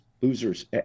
losers